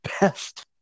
best